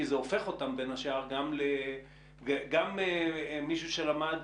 כי לפני כל מוסד שאני רוצה להכיר